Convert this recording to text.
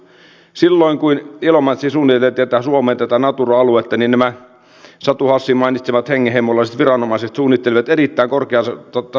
silloin kun ilomantsiin suomeen suunniteltiin tätä natura aluetta nämä satu hassin mainitsemat hengenheimolaiset viranomaiset suunnittelivat erittäin korkeatasoisia suunnitelmia